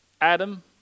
Adam